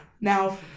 Now